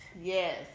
Yes